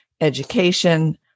education